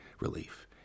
relief